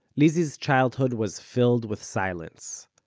lizzie's childhood was filled with silence.